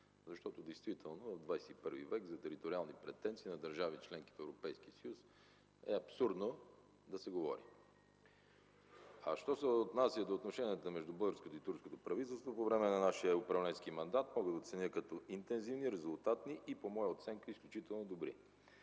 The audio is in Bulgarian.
защото в ХХІ век за териториални претенции на държави – членки на Европейския съюз, е абсурдно да се говори. Що се отнася до отношенията между българското и турското правителство по време на нашия управленски мандат, мога да ги оценя като интензивни, резултатни и по моя оценка – изключително добри.